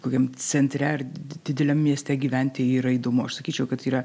kokiam centre ar dideliam mieste gyventi yra įdomu aš sakyčiau kad yra